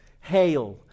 Hail